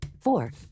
Four